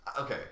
okay